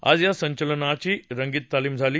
आज या संचलनाची रंगीत तालिम झाली